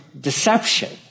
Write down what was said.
deception